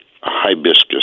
hibiscus